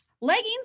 leggings